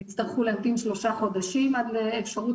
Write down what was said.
הם יצטרכו להמתין שלושה חודשים עד האפשרות